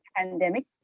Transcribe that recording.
pandemics